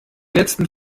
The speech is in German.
letzten